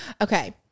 Okay